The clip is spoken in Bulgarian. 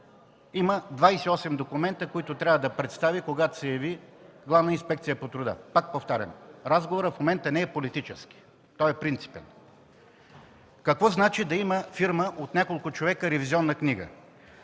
има 28 документа, които трябва да представи, когато се яви Главната инспекция по труда. Пак повтарям: разговорът в момента не е политически, а е принципен. Какво означава фирма от няколко човека да има ревизионна книга?